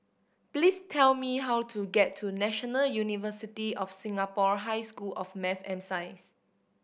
please tell me how to get to National University of Singapore High School of Math and Science